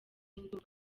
ndumva